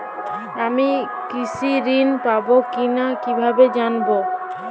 আমি কৃষি ঋণ পাবো কি না কিভাবে জানবো?